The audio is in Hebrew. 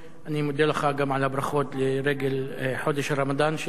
אני מודה לך גם על הברכות לרגל חודש הרמדאן שאתמול